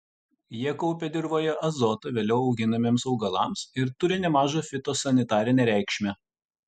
jie kaupia dirvoje azotą vėliau auginamiems augalams ir turi nemažą fitosanitarinę reikšmę